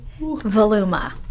Voluma